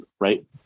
Right